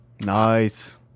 nice